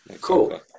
cool